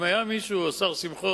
אם היה מישהו, השר שמחון,